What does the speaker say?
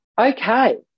Okay